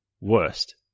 worst